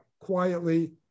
quietly